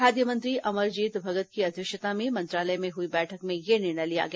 खाद्य मंत्री अमरजीत भगत की अध्यक्षता में मंत्रालय में हुई बैठक में यह निर्णय लिया गया